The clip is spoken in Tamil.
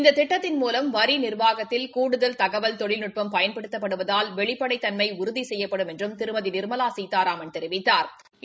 இந்த திட்டத்தின் மூலம் வரி நிர்வாகத்தில் கூடுதல் தகவல் தொழில்நுட்பம் பயன்படுத்தப்படுவதால் வெளிப்படைத் தன்மை உறுதி செய்யப்படும் என்றும் திருமதி நிா்மலா சீதாராமன் தெரிவித்தாா்